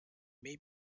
may